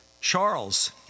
Charles